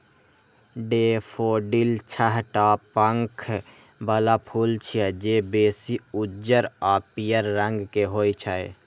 daffodil छह टा पंख बला फूल छियै, जे बेसी उज्जर आ पीयर रंग के होइ छै